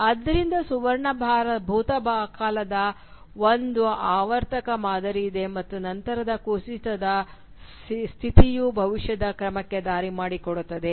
ಆದ್ದರಿಂದ ಸುವರ್ಣ ಭೂತಕಾಲದ ಒಂದು ಆವರ್ತಕ ಮಾದರಿಯಿದೆ ಮತ್ತು ನಂತರದ ಕುಸಿತದ ಸ್ಥಿತಿಯು ಭವಿಷ್ಯದ ಕ್ರಮಕ್ಕೆ ದಾರಿ ಮಾಡಿಕೊಡುತ್ತದೆ